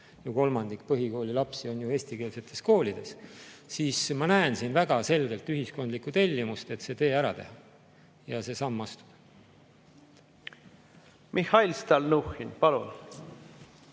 kolmandik põhikoolilapsi on ju eestikeelsetes koolides –, siis ma näen siin väga selgelt ühiskondlikku tellimust, et see tee [läbi käia] ja see samm astuda. Aitäh! Ma arvan, et